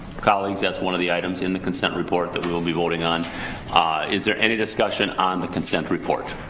colleagues that's one of the items in the consent report that we will be voting on ah is there any discussion on the consent report?